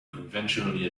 conventionally